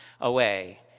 away